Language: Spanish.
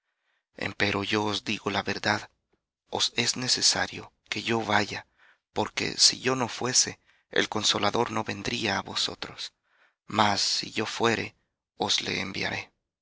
empero yo os digo la verdad os es necesario que yo vaya porque si yo no fuese el consolador no vendría á vosotros mas si yo fuere os le enviaré